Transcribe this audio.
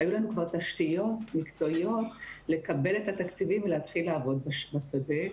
היו לנו כבר תשתיות מקצועיות לקבל את התקציבים ולהתחיל לעבוד בשדה.